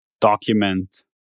document